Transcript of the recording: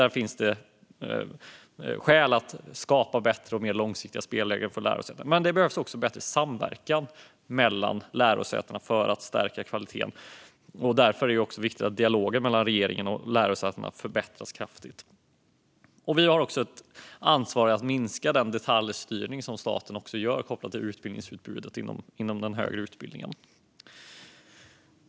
Det finns skäl att skapa bättre och mer långsiktiga spelregler för lärosätena. Men det behövs också bättre samverkan mellan lärosätena för att stärka kvaliteten. Därför är det viktigt att dialogen mellan regeringen och lärosätena förbättras kraftigt. Vi har också ett ansvar för att minska statens detaljstyrning kopplat till utbudet inom högre utbildning.